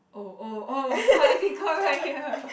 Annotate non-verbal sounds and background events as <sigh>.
oh oh oh political right <laughs> here